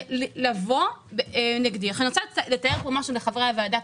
אני רוצה לתאר משהו לחברי הוועדה,